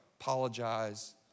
apologize